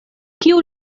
kiu